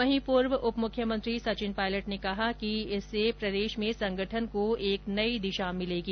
वहीं पूर्व उपमुख्यमंत्री सचिन पायलट ने कहा कि इससे राजस्थान में संगठन को एक नई दिशा मिलेगी